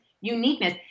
uniqueness